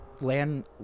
land